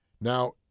Now